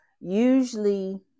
usually